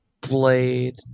Blade